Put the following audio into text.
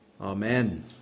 Amen